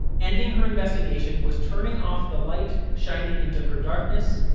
ending her investigation was turning off the light shining into her darkness.